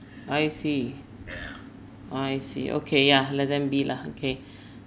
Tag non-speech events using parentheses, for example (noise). I see I see okay yeah let them be lah okay (breath)